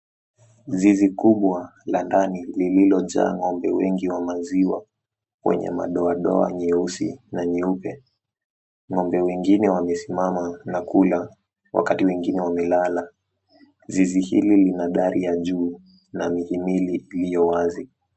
Zizi kubwa la ndani lililo jaa ngombe wengi wa maziwa wenye madoadoa nyeusi na nyeupe, ng'ombe wengine wamesimama na kula wakati wengine wamelala, zizi hili lina dari ya juu na mithimili iliyo wazi.